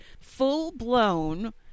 full-blown